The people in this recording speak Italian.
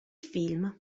film